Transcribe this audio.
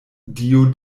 dio